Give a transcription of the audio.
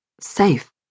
safe